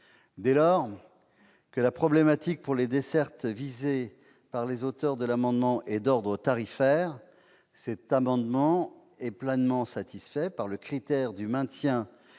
Dès lors que la problématique des dessertes visées par les auteurs de ces amendements est d'ordre tarifaire, ces amendements sont pleinement satisfaits par le critère du maintien